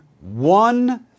one